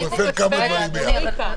הוא מפר כמה דברים ביחד.